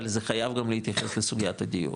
אבל זה חייב גם להתייחס לסוגיית הדיור,